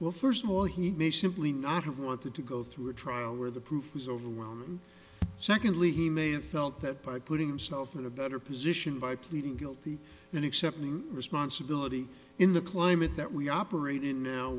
well first of all he may simply not have wanted to go through a trial where the proof is overwhelming and secondly he may have felt that by putting himself in a better position by pleading guilty than accepting responsibility in the climate that we operate in now